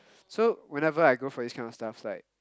so whenever I go for this kind of stuff like